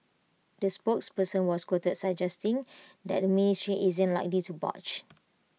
the spokesperson was quoted suggesting that ministry isn't likely to budge